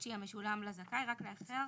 החודשי המשולם לזכאי, רק לאחר